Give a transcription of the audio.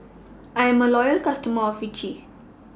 I'm A Loyal customer of Vichy